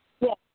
Yes